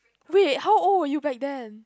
wait how old were you back then